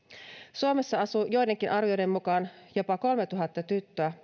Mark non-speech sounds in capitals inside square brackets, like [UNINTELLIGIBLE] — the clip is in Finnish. suomessa asuu joidenkin arvioiden mukaan jopa kolmetuhatta tyttöä [UNINTELLIGIBLE]